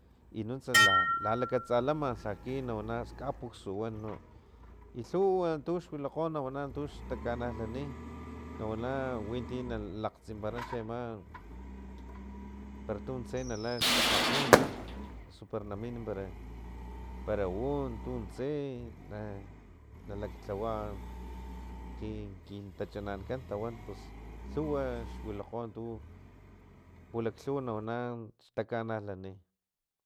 I nuntsa lalakatsalam laki nawana kapux wan i lhuw tux wilakgo nawana tux takanalani nawana winti na lakgtsimpara chiama para tuntse la kakgapun osu para namin para un para tuntse na nalaklhawa kin kintachanankan tawan pus lhuwa xwilakgo tu pulaklhuwa xtakanalani